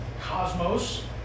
cosmos